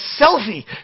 selfie